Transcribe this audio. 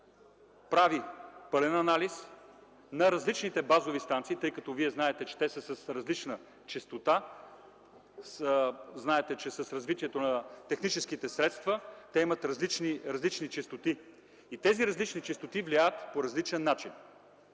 прави пълен анализ на различните базови станции. Вие знаете, че те са с различна честота. Знаете, че с развитието на техническите средства, те имат различни честоти. Тези различни честоти влияят по различен начин.